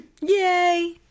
yay